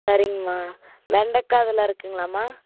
சரிங்கமா வெண்டக்காய் அதெலாம் இருக்குதுங்களாம்மா